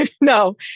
No